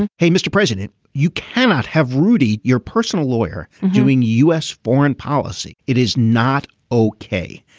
and hey mr. president you cannot have rudy your personal lawyer doing u s. foreign policy. it is not okay.